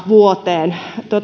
vuoteen